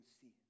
see